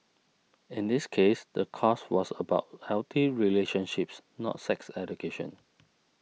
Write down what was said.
in this case the course was about healthy relationships not sex education